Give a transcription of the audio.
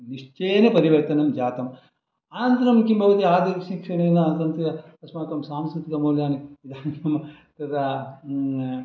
निश्चयेन परिवर्तनं जातम् अनन्तरं किं भवति आधुनिकशिक्षणेन अनन्तरं तु अस्माकं सांस्कुतिकमौल्यानि तदा